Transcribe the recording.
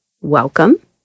welcome